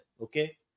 okay